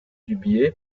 dubié